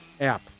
app